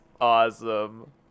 awesome